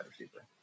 receiver